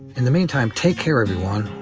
in the meantime, take care everyone.